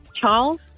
Charles